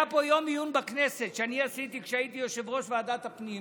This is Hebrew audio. היה פה יום עיון בכנסת שאני עשיתי כשהייתי יושב-ראש ועדת הפנים